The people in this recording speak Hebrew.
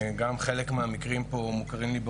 גם חלק מהמקרים פה מוכרים לי,